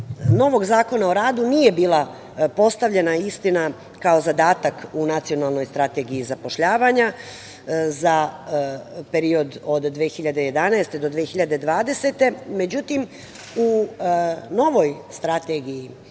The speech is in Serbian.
novog Zakona o radu nije bila postavljena, istina, kao zadatak u Nacionalnoj strategiji zapošljavanja za period od 2011. do 2020. godine, međutim, u novoj strategiji